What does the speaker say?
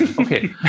Okay